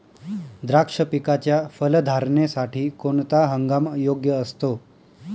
द्राक्ष पिकाच्या फलधारणेसाठी कोणता हंगाम योग्य असतो?